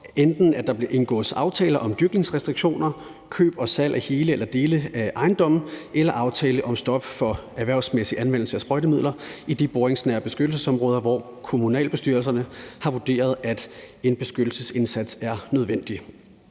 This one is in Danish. enten indgås aftaler om dyrkningsrestriktioner, om køb og salg af hele eller dele af ejendomme eller om stop for erhvervsmæssig anvendelse af sprøjtemidler i de boringsnære beskyttelsesområder, hvor kommunalbestyrelserne har vurderet at en beskæftigelsesindsats er nødvendig.